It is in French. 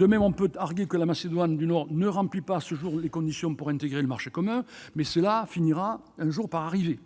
On peut certes arguer que la Macédoine du Nord ne remplit pas à ce jour les conditions pour intégrer le marché commun, mais cela finira par arriver.